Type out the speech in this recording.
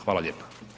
Hvala lijepa.